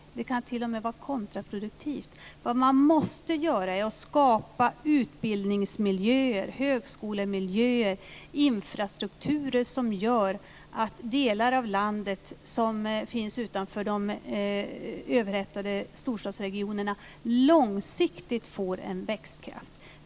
Det kan t.o.m. vara kontraproduktivt. Det man måste göra är att skapa utbildningsmiljöer, högskolemiljöer, och infrastruktur som gör att de delar av landet som finns utanför de överhettade storstadsregionerna långsiktigt får en växtkraft.